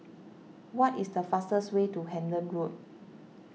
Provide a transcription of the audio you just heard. what is the fastest way to Hendon Road